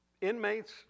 inmates